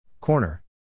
Corner